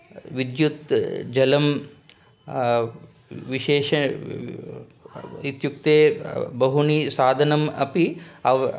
विद्युत् जलं विशेषं इत्युक्ते बहूनि साधनम् अपि अव्